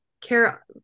care